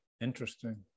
Interesting